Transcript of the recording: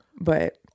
but-